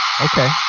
Okay